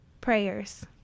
Prayers